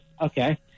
Okay